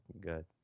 good